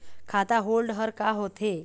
खाता होल्ड हर का होथे?